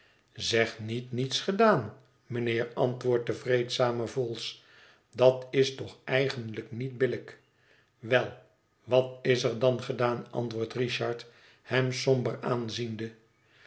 zeg niet niets gedaan mijnheer antwoordt de vreedzame vholes dat is toch eigenlijk niet billijk wel wat is er dan gedaan antwoordt richard hem somber aanziende